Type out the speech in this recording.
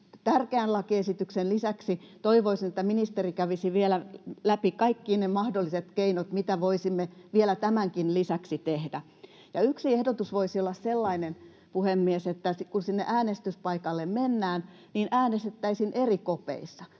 tärkeän lakiesityksen lisäksi ministeri kävisi vielä läpi kaikki ne mahdolliset keinot, mitä voisimme vielä tämänkin lisäksi tehdä. Yksi ehdotus voisi olla sellainen, puhemies, että kun sinne äänestyspaikalle mennään, niin äänestettäisiin eri kopeissa.